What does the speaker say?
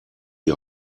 die